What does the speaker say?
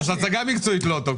הצגה מקצועית לא טוב,